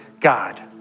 God